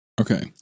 Okay